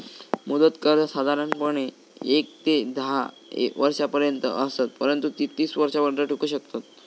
मुदत कर्जा साधारणपणे येक ते धा वर्षांपर्यंत असत, परंतु ती तीस वर्षांपर्यंत टिकू शकतत